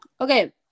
Okay